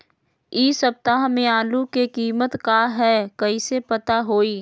इ सप्ताह में आलू के कीमत का है कईसे पता होई?